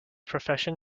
profession